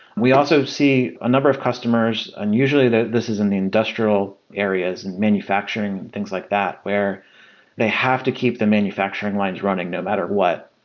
we also see a number of customers. unusually, this is in the industrial areas, and manufacturing, things like that, where they have to keep the manufacturing lines running no matter what.